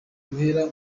guhera